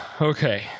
Okay